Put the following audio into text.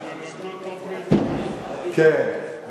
כן,